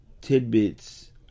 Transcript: tidbits